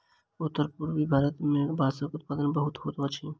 उत्तर पूर्वीय भारत मे बांसक उत्पादन बहुत होइत अछि